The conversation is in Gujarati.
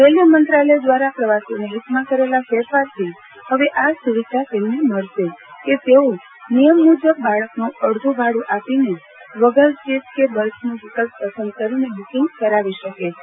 રેલવે મંત્રાલય દ્વારા પ્રવાસીઓના હિતમાં કરેલા ફેરફારથી હવે આ સુવિધા તેમને મળશે કે તેઓ નિયમ મુજબ બાળકનું અડધું ભાડું આપીને વગર સીટ બર્થનો વિકલ્પ પસંદ કરીને બુકિંગ કરાવી શકે છે